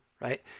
right